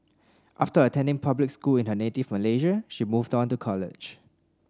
after attending public school in her native Malaysia she moved on to college